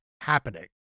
Happening